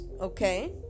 okay